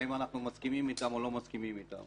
האם אנחנו מסכימים אתם או לא מסכימים אתם